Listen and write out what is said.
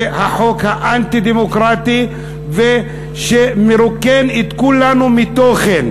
זה החוק האנטי-דמוקרטי שמרוקן את כולנו מתוכן.